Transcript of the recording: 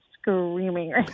screaming